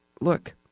look